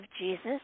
Jesus